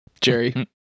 Jerry